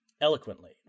eloquently